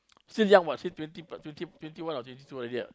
still young what still twenty plus twenty twenty one or twenty two already right